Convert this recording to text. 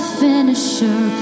finisher